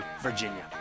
Virginia